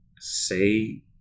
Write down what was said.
say